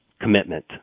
commitment